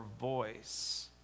voice